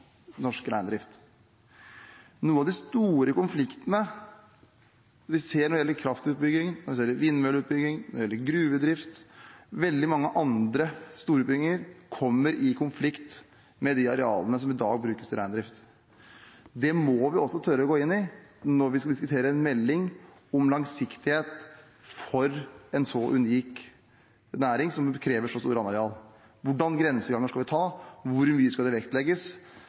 norsk reindrift. Vi ser noen store konflikter når det gjelder kraftutbygging, når det gjelder vindmølleutbygging, når det gjelder gruvedrift og veldig mange andre store utbygginger, som kommer i konflikt med de arealene som i dag brukes til reindrift. Det må vi også tørre å gå inn i når vi skal diskutere en melding om langsiktighet for en så unik næring som krever så store landareal. Hva slags grenseganger skal vi ta? Hvor mye skal det vektlegges?